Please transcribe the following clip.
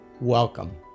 Welcome